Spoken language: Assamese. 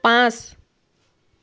পাঁচ